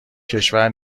کشور